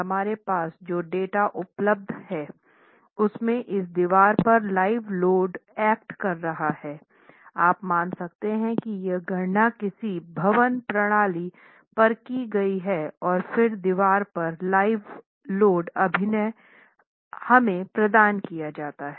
हमारे पास जो डेटा उपलब्ध है उसमें इस दीवार पर लाइव लोड एक्ट कर रहा है आप मान सकते हैं कि ये गणना किसी भवन प्रणाली पर की गई है और फिर दीवार पर लाइव लोड अभिनय हमें प्रदान किया जाता है